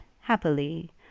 happily